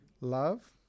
love